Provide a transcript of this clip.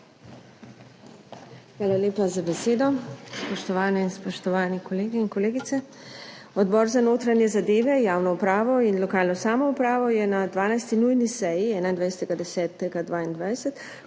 lepa za besedo. Spoštovane in spoštovani kolegi in kolegice! Odbor za notranje zadeve, javno upravo in lokalno samoupravo je na 12. nujni seji 21. 10. 2022